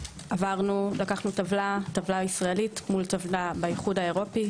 לקחנו טבלה ישראלית מול טבלה באיחוד האירופי.